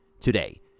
today